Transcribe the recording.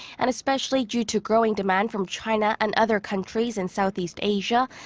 and especially due to growing demand from china and other countries and southeast asia.